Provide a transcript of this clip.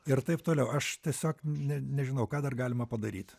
ir taip toliau aš tiesiog ne nežinau ką dar galima padaryt